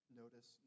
notice